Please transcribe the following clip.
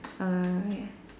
err ya